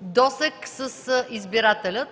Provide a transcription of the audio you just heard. досег с избирателят,